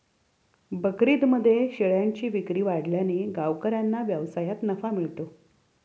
बकरीदमध्ये शेळ्यांची विक्री वाढल्याने गावकऱ्यांना व्यवसायात नफा मिळतो